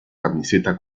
camiseta